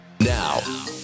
Now